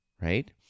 Right